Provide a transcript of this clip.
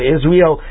Israel